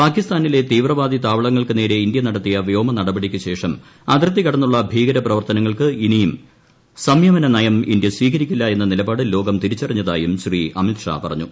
പാകിസ്ഥാനിലെ തീവ്രവാദി താവളങ്ങൾക്ക് നേരെ ഇന്ത്യ നടത്തിയ വ്യോമ നടപടിയ്ക്ക് ശേഷം അതിർത്തി കടന്നുള്ള ഭീകര പ്രവർത്തനങ്ങൾക്ക് ഇനിയും സംയമന നയം ഇന്ത്യ സ്വീകരിക്കില്ല എന്ന നിലപാട് ലോകം തിരിച്ചറിഞ്ഞതായും ശീ അമിത്ഷാ പറഞ്ഞു